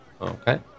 Okay